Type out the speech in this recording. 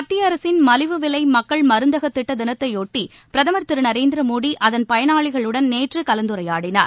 மத்திய அரசின் மலிவு விலை மக்கள் மருந்தக திட்ட தினத்தையொட்டி பிரதமர் திரு நரேந்திரமோடி அதன் பயனாளிகளுடன் நேற்று கலந்துரையாடினார்